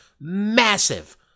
Massive